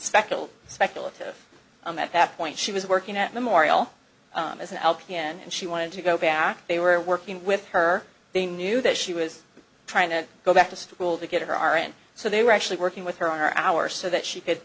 speckle speculative i'm at that point she was working at memorial as an lpn and she wanted to go back they were working with her they knew that she was trying to go back to school to get her are in so they were actually working with her hours so that she could